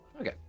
Okay